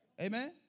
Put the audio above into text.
Amen